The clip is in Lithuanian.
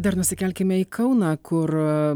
dar nusikelkime į kauną kur